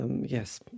Yes